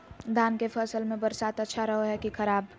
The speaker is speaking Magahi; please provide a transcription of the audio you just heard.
धान के फसल में बरसात अच्छा रहो है कि खराब?